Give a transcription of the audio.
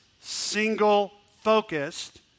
single-focused